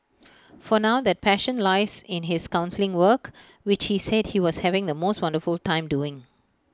for now that passion lies in his counselling work which he said he was having the most wonderful time doing